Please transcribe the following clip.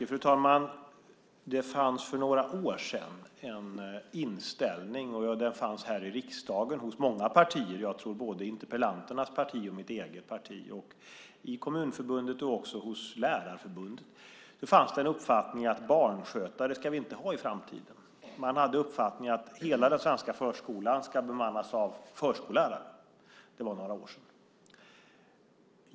Fru talman! Det fanns för några år sedan en inställning hos många partier här i riksdagen - jag tror både i interpellantens parti och i mitt parti - hos Kommunförbundet och Lärarförbundet att barnskötare ska vi inte ha i framtiden. Man hade uppfattningen att hela den svenska förskolan ska bemannas av förskollärare. Det var för några år sedan.